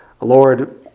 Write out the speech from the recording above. Lord